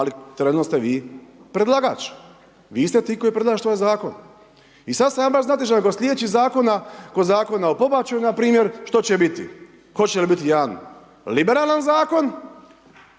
ali trenutno ste vi predlagač, vi ste ti koji predlažete ovaj zakon. I sad sam ja baš znatiželjan kod slijedećih zakona, kod Zakona o pobačaju na primjer, što će biti? Hoće li biti jedan liberalan zakon